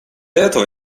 этого